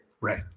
Right